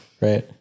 Right